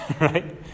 Right